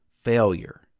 failure